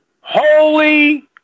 holy